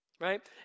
right